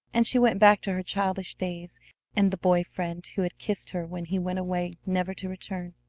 and she went back to her childish days and the boy friend who had kissed her when he went away never to return.